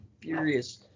Furious